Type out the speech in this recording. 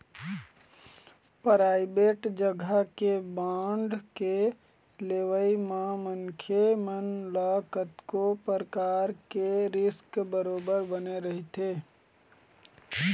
private जघा के bond के लेवई म मनखे मन ल कतको परकार के रिस्क बरोबर बने रहिथे